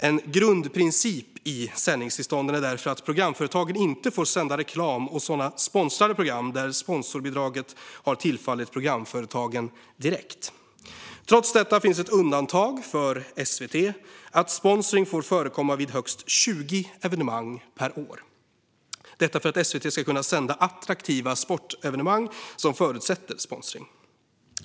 En grundprincip i sändningstillstånden är därför att programföretagen inte får sända reklam och sådana sponsrade program där sponsorbidraget har tillfallit programföretagen direkt. Trots detta finns ett undantag för SVT att sponsring får förekomma vid högst 20 evenemang per år, detta för att SVT ska kunna sända attraktiva sportevenemang som förutsätter sponsring.